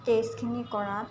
টেষ্টখিনি কৰাত